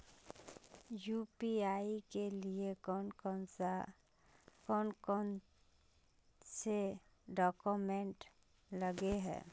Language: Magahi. यु.पी.आई के लिए कौन कौन से डॉक्यूमेंट लगे है?